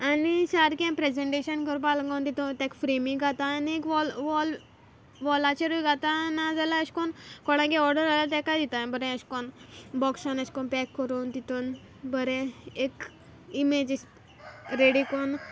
आनी सारकें प्रेजनटेशन करपा लागोन तितून तेक फ्रेमी घाता आनी वॉल वॉल वॉलाचेरूय घातां ना जाल्यार अेश कोन्न कोणागे ऑर्डर आहल्यार तेकाय दिता अेश कोन्न बॉक्सान अेश कोन्न पॅक कोरून तितून बोरें एक इमेज अेश रेडी कोन्न